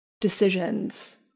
decisions